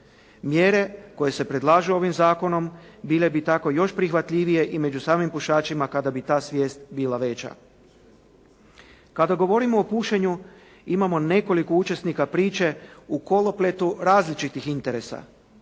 Mjere koje se predlažu ovim zakonom bile bi tako još prihvatljivije i među samim pušačima kada bi ta svijest bila veća. Kada govorimo o pušenju imamo nekoliko učesnika priče u kolopletu različitih interesa